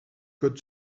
code